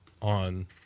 On